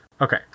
Okay